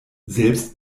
selbst